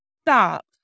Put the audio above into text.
Stop